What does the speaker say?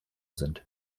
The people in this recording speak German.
sind